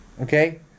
Okay